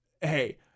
hey